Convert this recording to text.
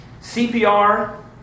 CPR